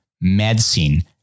medicine